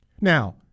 Now